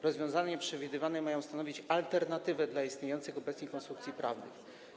Przewidziane rozwiązania mają stanowić alternatywę dla istniejących obecnie konstrukcji prawnych.